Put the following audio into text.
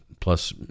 plus